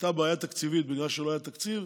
הייתה בעיה תקציבית בגלל שלא היה תקציב,